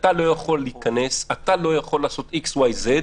אתה לא יכול להיכנס, אתה לא יכול לעשות X, Y, Z,